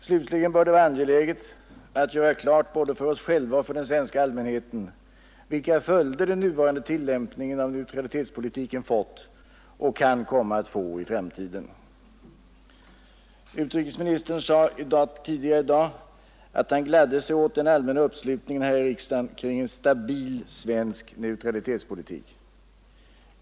Slutligen bör det vara angeläget att göra klart både för oss själva och för den svenska allmänheten vilka följder den nuvarande tillämpningen av neutralitetspolitiken fått och kan komma att få i framtiden. Utrikesministern sade tidigare i dag att han gladde sig åt den allmänna uppslutningen här i riksdagen kring en stabil svensk neutralitetspolitik.